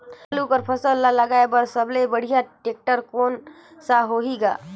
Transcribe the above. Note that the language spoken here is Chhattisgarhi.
आलू कर फसल ल लगाय बर सबले बढ़िया टेक्टर कोन सा होही ग?